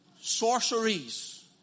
sorceries